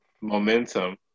momentum